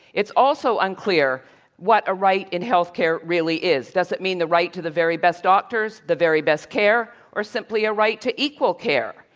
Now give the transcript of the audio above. it's also unclear what a right in healthcare really is. does it mean the right to the very best doctors, the very best care, or simply a right to equal care?